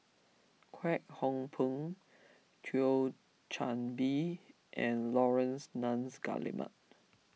Kwek Hong Png Thio Chan Bee and Laurence Nunns Guillemard